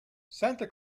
santa